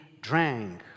drank